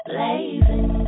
Blazing